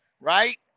right